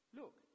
look